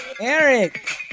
Eric